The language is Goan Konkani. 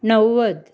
णव्वद